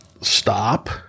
stop